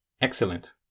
excellent